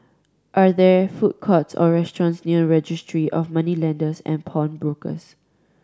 are there food courts or restaurants near Registry of Moneylenders and Pawnbrokers